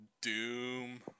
Doom